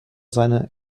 seine